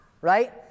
right